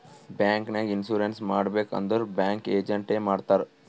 bank ನಾಗ್ insurance ಮಾಡಬೇಕ್ ಅಂದುರ್ ಬ್ಯಾಂಕ್ ಏಜೆಂಟ್ ಎ ಮಾಡ್ತಾರ್